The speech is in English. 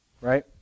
Right